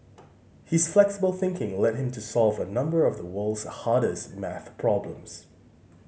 his flexible thinking led him to solve a number of the world's hardest math problems